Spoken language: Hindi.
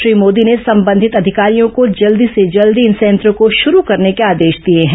श्री मोदी ने संबंधित अधिकारियों को जल्दी से जल्दी इन संयंत्रों को शुरू करने के आदेश दिए हैं